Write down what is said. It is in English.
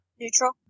Neutral